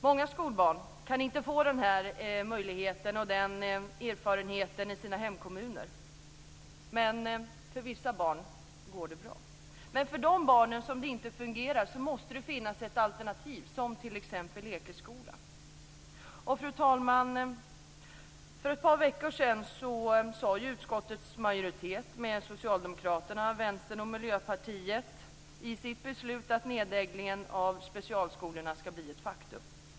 Många skolbarn kan inte få den möjligheten och den erfarenheten i sina hemkommuner. För vissa barn går det bra, men för de barn som det inte fungerar måste det finnas ett sådant alternativ som t.ex. Fru talman! För ett par veckor sedan sade utskottets majoritet - Socialdemokraterna. Vänsterpartiet och Miljöpartiet - i sitt beslut att nedläggningen av specialskolorna ska bli ett faktum.